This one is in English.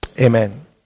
Amen